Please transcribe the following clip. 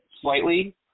slightly